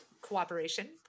cooperation